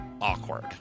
Awkward